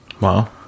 Wow